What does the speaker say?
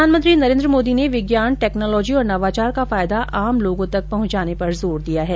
प्रधानमंत्री नरेन्द्र मोदी ने विज्ञान टेक्नोलॉजी और नवाचार का फायदा आम लोगों तक पहुंचाने पर जोर दिया है